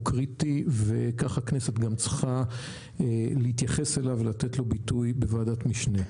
הוא קריטי וכך הכנסת גם צריכה להתייחס אליו ולתת לו ביטוי בוועדת משנה.